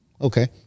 okay